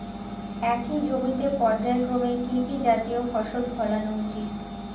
একই জমিতে পর্যায়ক্রমে কি কি জাতীয় ফসল ফলানো উচিৎ?